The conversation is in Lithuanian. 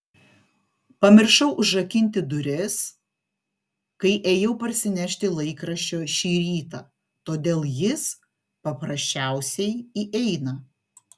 pamiršau užrakinti duris kai ėjau parsinešti laikraščio šį rytą todėl jis paprasčiausiai įeina